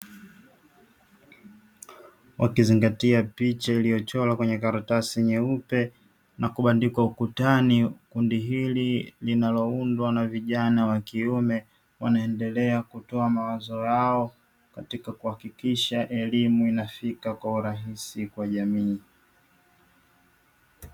Wakizingatia picha iliyochorwa kwenye karatasi nyeupe na kubandikwa ukutani. kundi hili linaloundwa na vijana wa kiume wanaendelea kutoa mawazo yao katika kuhakikisha elimu inafika kwa urahisi kwa jamii.